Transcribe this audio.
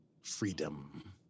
freedom